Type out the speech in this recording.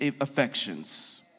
affections